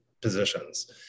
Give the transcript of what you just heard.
positions